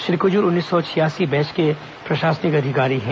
श्री कुजूर उन्नीस सौ छियासी बैच के प्रशासनिक अधिकारी हैं